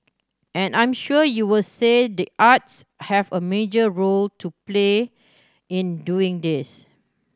and I'm sure you'll say the arts have a major role to play in doing this